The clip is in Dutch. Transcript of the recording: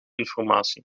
informatie